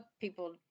people